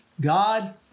God